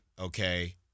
okay